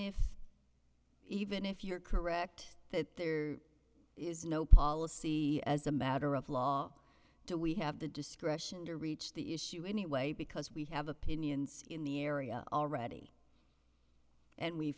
if even if you're correct that there is no policy as a matter of law to we have the discretion to reach the issue anyway because we have opinions in the area already and we've